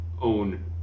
own